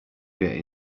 get